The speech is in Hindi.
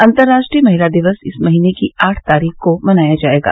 अंतर्राष्ट्रीय महिला दिवस इस महीने की आठ तारीख को मनाया जाएगा